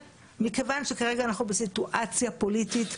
מכיוון שכרגע אנחנו בסיטואציה פוליטית,